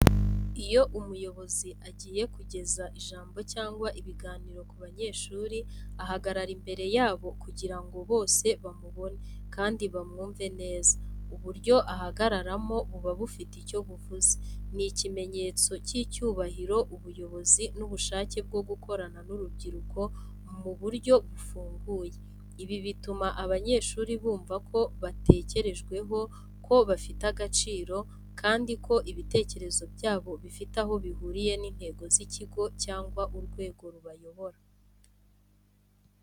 Iyo umuyobozi agiye kugeza ijambo cyangwa ibiganiro ku banyeshuri, ahagarara imbere yabo kugira ngo bose bamubone kandi bamwumve neza. Uburyo ahagararamo buba bufite icyo buvuze: Ni ikimenyetso cy'icyubahiro, ubuyobozi n’ubushake bwo gukorana n’urubyiruko mu buryo bufunguye. Ibi bituma abanyeshuri bumva ko batekerejweho, ko bafite agaciro, kandi ko ibitekerezo byabo bifite aho bihuriye n’intego z’ikigo cyangwa urwego rubayobora.